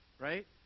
right